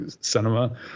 cinema